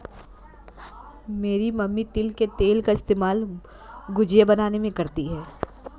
मेरी मम्मी तिल के तेल का इस्तेमाल गुजिया बनाने में करती है